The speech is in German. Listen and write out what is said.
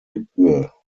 gebühr